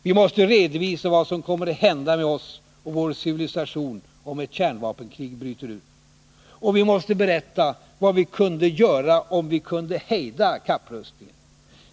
Vi måste redovisa vad som kommer att hända med oss och med vår civilisation om ett kärnvapenkrig bryter ut. Och vi måste berätta vad vi kunde få i stället, om vi skulle lyckas hejda kapprustningen.